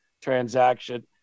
transaction